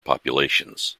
populations